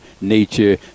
Nature